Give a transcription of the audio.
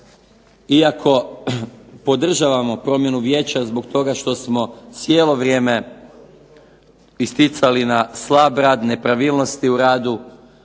iako podržavamo promjenu vijeća zbog toga što smo cijelo vrijeme isticali na slab rad, nepravilnosti u radu,